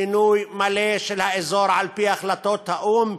שצריך זה פינוי מלא של האזור על-פי החלטות האו"ם,